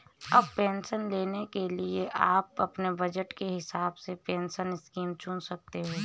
अब पेंशन लेने के लिए आप अपने बज़ट के हिसाब से पेंशन स्कीम चुन सकते हो